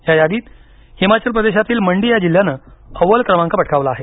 या यादीत हिमाचल प्रदेशातील मंडी या जिल्ह्यानं अव्वल क्रमांक पटकावला आहे